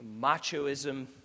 machoism